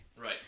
Right